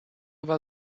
war